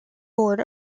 board